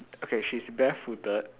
okay she's barefooted